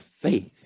faith